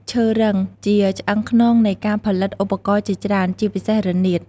ឈើរឹង ជាឆ្អឹងខ្នងនៃការផលិតឧបករណ៍ជាច្រើន ជាពិសេសរនាត។